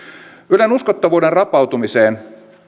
ylen uskottavuuden rapautumiseen